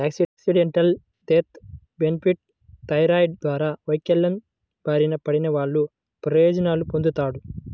accidental death benefit rider ద్వారా వైకల్యం బారిన పడినవాళ్ళు ప్రయోజనాలు పొందుతాడు